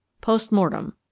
Postmortem